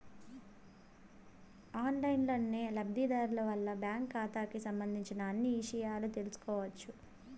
ఆన్లైన్లోనే లబ్ధిదారులు వాళ్ళ బ్యాంకు ఖాతాకి సంబంధించిన అన్ని ఇషయాలు తెలుసుకోవచ్చు